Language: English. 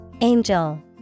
Angel